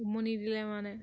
উমনি দিলে মানে